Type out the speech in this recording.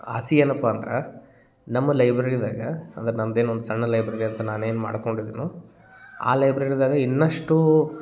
ಆಸೆ ಏನಪ್ಪ ಅಂದ್ರೆ ನಮ್ಮ ಲೈಬ್ರೆರಿದಾಗ ಅಂದ್ರೆ ನಮ್ದೇನು ಒಂದು ಸಣ್ಣ ಲೈಬ್ರೆರಿ ಅಂತ ನಾನೇನು ಮಾಡ್ಕೊಂಡಿದ್ದೀನೋ ಆ ಲೈಬ್ರೆರಿದಾಗ ಇನ್ನಷ್ಟು